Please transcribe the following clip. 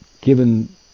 given